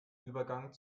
übergang